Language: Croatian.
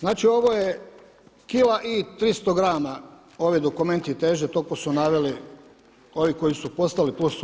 Znači ovo je kila i 300 grama ovaj dokument je težio, toliko su naveli ovi koji su poslali plus